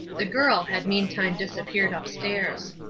the girl had meantime disappeared upstairs.